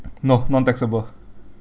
no non taxable